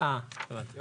אה, הבנתי.